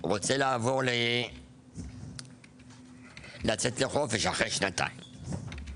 רוצה לעבור לצאת לחופש אחרי שנתיים-שלוש.